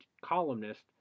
columnist